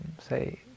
say